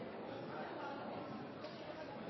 president.